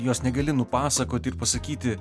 jos negali nupasakoti ir pasakyti